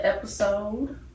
episode